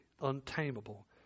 untamable